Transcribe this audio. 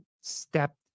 step